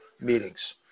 meetings